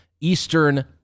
Eastern